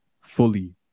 fully